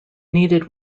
needed